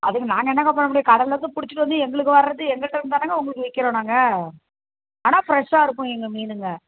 அதுக்கு நாங்கள் என்னங்க பண்ணமுடியும் கடலில்ருந்து பிடிச்சிட்டு வந்து எங்களுக்கு வர்றது எங்கள்டருந்து தானங்க உங்களுக்கு விற்கிறோம் நாங்கள் ஆனால் ஃபிரஷ்ஷாக இருக்கும் எங்கள் மீன்ங்க